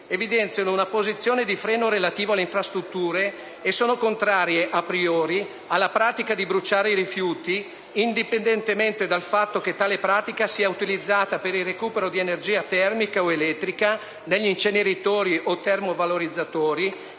evidenziano una posizione di freno relativo alle infrastrutture e sono contrarie *a priori* alla pratica di bruciare i rifiuti, indipendentemente dal fatto che tale pratica sia utilizzata per il recupero di energia termica o elettrica negli inceneritori o nei termovalorizzatori